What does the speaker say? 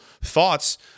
thoughts